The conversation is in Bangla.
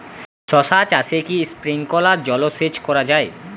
শশা চাষে কি স্প্রিঙ্কলার জলসেচ করা যায়?